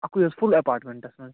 اَکُے حظ full apartments منٛز